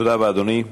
תודה רבה, אדוני.